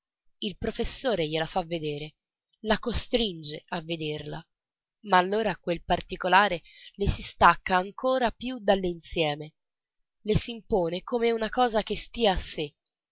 il professore gliela fa vedere la costringe a vederla ma allora quel particolare le si stacca ancora più dall'insieme le s'impone come una cosa che stia a sé